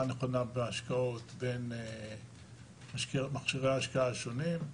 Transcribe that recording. הנכונה בהשקעות בין מכשירי ההשקעה השונים.